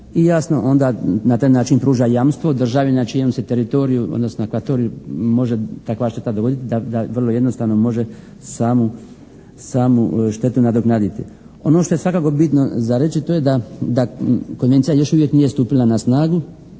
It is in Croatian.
i jasno onda na taj način pruža jamstvo državi na čijem se teritoriju odnosno akvatoriju može takva šteta dogoditi da vrlo jednostavno može samu štetu nadoknaditi. Ono što je svakako bitno za reći a to je da konvencija još uvijek nije stupila na snagu